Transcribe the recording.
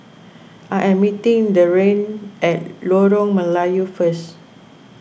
I am meeting Deane at Lorong Melayu first